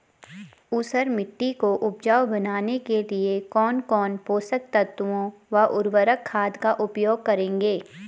ऊसर मिट्टी को उपजाऊ बनाने के लिए कौन कौन पोषक तत्वों व उर्वरक खाद का उपयोग करेंगे?